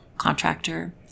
contractor